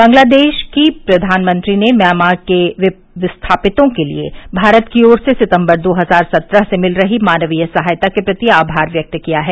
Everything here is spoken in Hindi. बंगलादेश की प्रवानमंत्री ने म्यामां के विस्थापितों के लिए भारत की ओर से सितम्बर दो हजार सत्रह से मिल रही मानवीय सहायता के प्रति आमार व्यक्त किया है